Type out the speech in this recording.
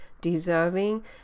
deserving